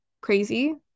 crazy